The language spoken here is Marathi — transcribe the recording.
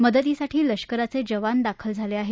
मदतीसाठी लष्कराचे जवान दाखल झाले आहेत